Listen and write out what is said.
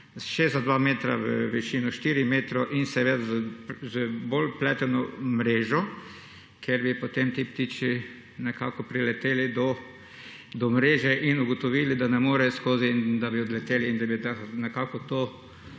še za dva metra v višino štirih metrov in seveda z bolj pleteno mrežo, ker bi potem ti ptiči nekako prileteli do mreže in ugotovili, da ne morejo skozi, in da bi odleteli in da bi nekako to